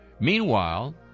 Meanwhile